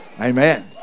Amen